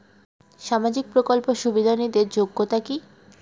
সামাজিক প্রকল্প সুবিধা নিতে যোগ্যতা কি?